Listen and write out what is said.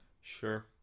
Sure